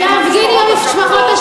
להגיש הצעת חוק לוועדת